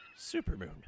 Supermoon